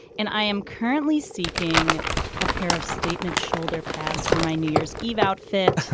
and i am currently seeking a pair of statement shoulder pads for my new year's eve outfit.